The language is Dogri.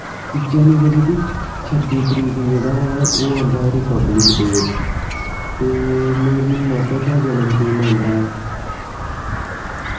जनवरी दी छब्बी तरीक जेह्ड़ा ऐ ओह् आंदा ऐ रिपब्लिक डे ते मेरी मदर दा जनमदिन आंदा ऐ